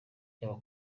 yaba